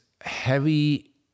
heavy